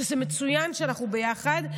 זה מצוין שאנחנו ביחד,